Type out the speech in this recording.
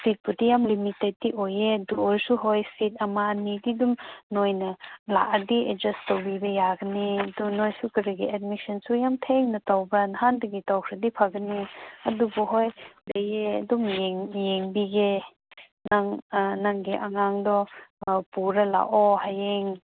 ꯁꯤꯠꯄꯨꯗꯤ ꯌꯥꯝ ꯂꯤꯃꯤꯇꯦꯠꯇꯤ ꯑꯣꯏꯌꯦ ꯑꯗꯨ ꯑꯣꯏꯁꯨ ꯍꯣꯏ ꯁꯤꯠ ꯑꯃ ꯑꯅꯤꯗꯤ ꯑꯗꯨꯝ ꯅꯣꯏꯅ ꯂꯥꯛꯑꯗꯤ ꯑꯦꯠꯖꯁ ꯇꯧꯕꯤꯕ ꯌꯥꯒꯅꯤ ꯑꯗꯨ ꯅꯣꯏꯁꯨ ꯀꯔꯤꯒꯤ ꯑꯦꯗꯃꯤꯁꯟꯁꯨ ꯌꯥꯝ ꯊꯦꯡꯅ ꯇꯧꯕ ꯅꯍꯥꯟꯗꯒꯤ ꯇꯧꯈ꯭ꯔꯗꯤ ꯐꯒꯅꯤ ꯑꯗꯨꯕꯨ ꯍꯣꯏ ꯂꯩꯌꯦ ꯑꯗꯨꯝ ꯌꯦꯡꯕꯤꯒꯦ ꯅꯪ ꯅꯪꯒꯤ ꯑꯉꯥꯡꯗꯣ ꯄꯨꯔ ꯂꯥꯛꯑꯣ ꯍꯌꯦꯡ